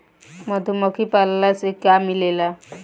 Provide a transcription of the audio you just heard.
मधुमखी पालन से का मिलेला?